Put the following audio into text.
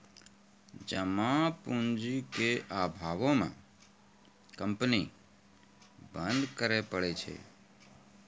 जमा पूंजी के अभावो मे कंपनी बंद करै पड़ै छै